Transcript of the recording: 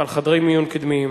על חדרי מיון קדמיים.